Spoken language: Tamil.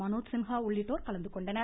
மனோஜ்சின்ஹா உள்ளிட்டோர் கலந்துகொண்டனர்